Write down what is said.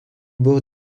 bord